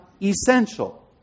essential